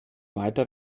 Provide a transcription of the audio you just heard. weiter